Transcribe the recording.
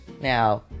now